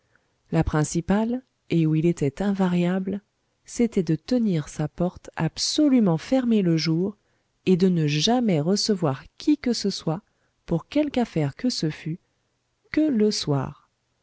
la principale et où il était invariable c'était de tenir sa porte absolument fermée le jour et de ne jamais recevoir qui que ce soit pour quelque affaire que ce fût que le soir